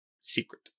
secret